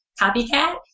copycat